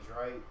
right